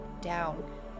down